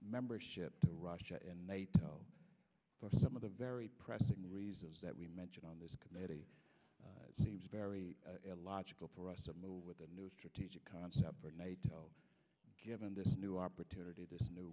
membership to russia and nato for some of the very pressing reserves that we mentioned on this committee seems very illogical for us to move with a new strategic concept for nato given this new opportunity this new